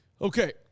Okay